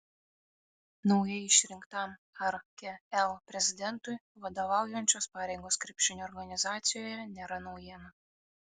naujai išrinktam rkl prezidentui vadovaujančios pareigos krepšinio organizacijoje nėra naujiena